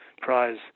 prize